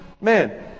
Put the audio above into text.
Man